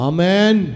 Amen